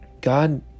God